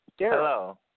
Hello